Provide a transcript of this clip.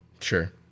Sure